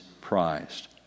prized